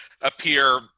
appear